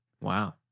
Wow